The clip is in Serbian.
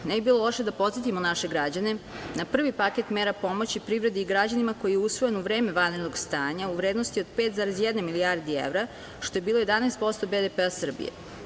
Ne bi bilo loše da podsetimo naše građane na prvi paket mera pomoći privredi i građanima koji je usvojen u vreme vanrednog stanja u vrednosti od 5,1 milijarde vera, što je bilo 11% BDP Srbije.